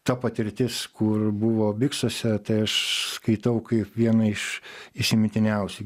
ta patirtis kur buvo biksuose tai aš skaitau kaip vieną iš įsimintiniausių